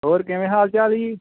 ਹੋਰ ਕਿਵੇਂ ਹਾਲ ਚਾਲ ਜੀ